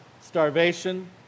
starvation